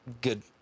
Good